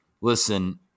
listen